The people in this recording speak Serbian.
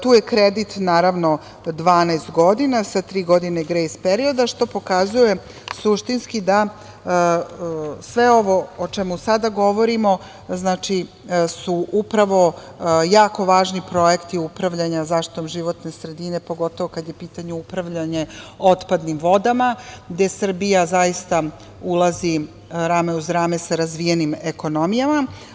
Tu je kredit, naravno, 12 godina, sa tri godine grejs perioda, što pokazuje suštinski da sve ovo o čemu sada govorimo znači, da su upravo jako važni projekti upravljanja zaštitom životne sredine, pogotovo kada je pitanje upravljanja otpadnim vodama, gde Srbija zaista ulazi rame uz rame sa razvijenim ekonomijama.